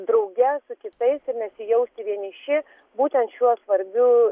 drauge su kitais ir nesijausti vieniši būtent šiuo svarbiu